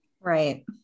Right